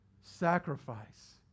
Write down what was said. sacrifice